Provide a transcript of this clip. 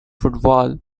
football